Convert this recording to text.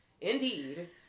indeed